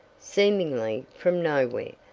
seemingly, from nowhere,